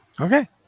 okay